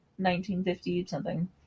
1950-something